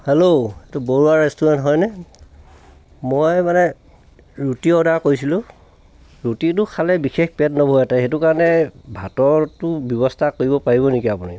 hello এইটো Barua restaurant হয়নে মই মানে ৰুটি অৰ্ডাৰ কৰিছিলোঁ ৰুটিটো খালে বিশেষ পেট নভৰে ত সেইটো কাৰণে ভাতৰটো ব্যৱস্থা কৰিব পাৰিব নেকি আপুনি